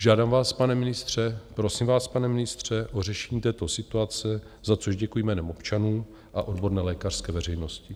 Žádám vás, pane ministře, prosím vás, pane ministře, o řešení této situace, za což děkuji jménem občanů a odborné lékařské veřejnosti.